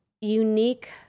unique